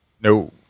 No